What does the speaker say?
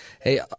Hey